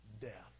death